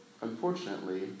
unfortunately